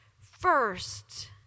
first